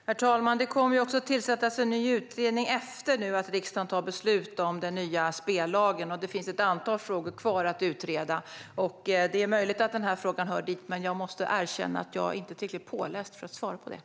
Herr talman! Det kommer också att tillsättas en ny utredning efter att riksdagen fattar beslut om den nya spellagen. Det finns ett antal frågor kvar att utreda. Det är möjligt att denna fråga hör dit, men jag måste erkänna att jag inte är tillräckligt påläst för att svara på frågan.